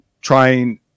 trying